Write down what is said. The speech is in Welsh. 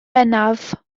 bennaf